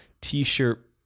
t-shirt